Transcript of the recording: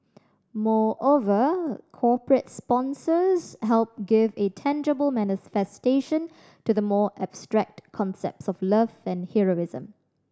moreover corporate sponsors help give a tangible manifestation to the more abstract concepts of love and heroism